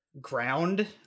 ground